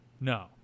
No